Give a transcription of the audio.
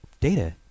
Data